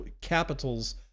Capital's